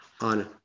on